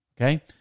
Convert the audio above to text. Okay